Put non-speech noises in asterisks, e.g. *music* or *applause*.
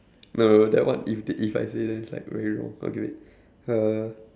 no that one if they if I say then it's like very wrong okay wait *breath* uh